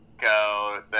go